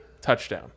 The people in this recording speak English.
touchdown